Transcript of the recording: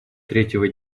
третьего